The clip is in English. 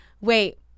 Wait